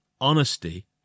honesty